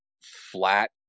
flat